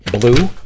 blue